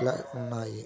ఇలా ఉన్నాయి